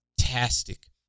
fantastic